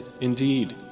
Indeed